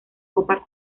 copa